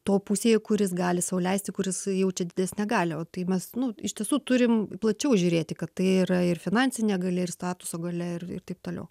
to pusėje kuris gali sau leisti kuris jaučia didesnę galią o tai mes nu iš tiesų turim plačiau žiūrėti kad tai yra ir finansine galia ir statuso galia ir ir taip toliau